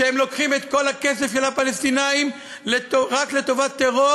שלוקחים את הכסף מהפלסטינים רק לטובת טרור